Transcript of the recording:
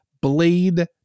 Blade